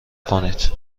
کنید